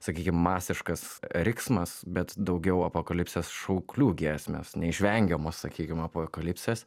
sakykim masiškas riksmas bet daugiau apokalipsės šauklių giesmės neišvengiamos sakykim apokalipsės